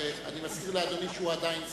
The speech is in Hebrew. אני מזכיר לאדוני שהוא עדיין שר.